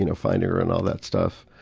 you know, finding her and all that stuff.